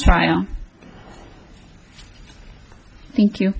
trial thank you